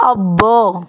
అబ్బో